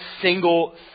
single